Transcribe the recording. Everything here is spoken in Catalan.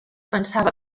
pensava